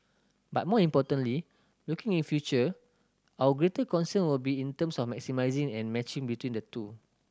but more importantly looking in future our greater concern will be in terms of maximising and matching between the two